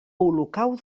olocau